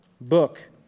book